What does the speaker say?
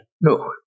No